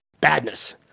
Badness